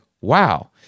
wow